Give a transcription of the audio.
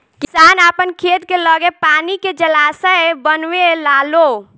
किसान आपन खेत के लगे पानी के जलाशय बनवे लालो